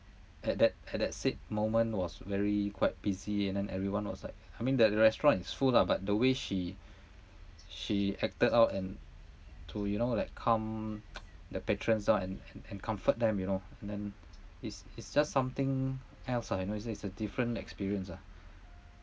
at that at that said moment was very quite busy and then everyone was like I mean that the restaurant is full lah but the way she she acted out and to you know like calmed the patrons down and and and comfort them you know and then it's it's just something else lah you know it's it's a different experience ah